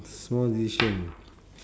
small decision